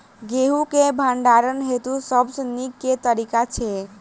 गेंहूँ केँ भण्डारण हेतु सबसँ नीक केँ तरीका छै?